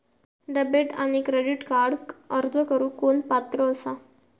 Debit आणि credit कार्डक अर्ज करुक कोण पात्र आसा?